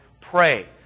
pray